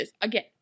Again